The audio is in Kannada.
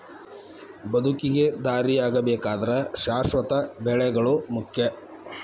ಬದುಕಿಗೆ ದಾರಿಯಾಗಬೇಕಾದ್ರ ಶಾಶ್ವತ ಬೆಳೆಗಳು ಮುಖ್ಯ